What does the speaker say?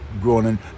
growing